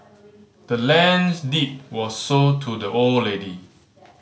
the land's deed was sold to the old lady